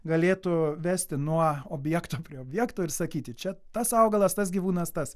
galėtų vesti nuo objekto prie objekto ir sakyti čia tas augalas tas gyvūnas tas